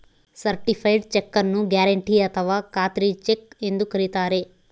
certified cheque ನ್ನು guarantee ಅಥಾವ ಖಾತ್ರಿ ಚೆಕ್ ಎಂದು ಕರಿತಾರೆ